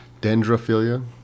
Dendrophilia